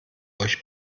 euch